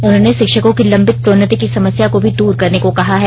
उन्होंने शिक्षकों की लंबित प्रोन्नति की समस्या को भी दूर करने को कहा है